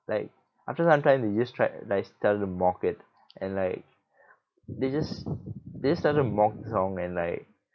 like after some time they just tried like started to mock it and like they just they just started to mock the song and like